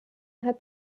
hat